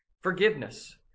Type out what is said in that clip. forgiveness